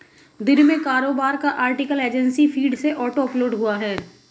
दिन में कारोबार का आर्टिकल एजेंसी फीड से ऑटो अपलोड हुआ है